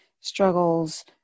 struggles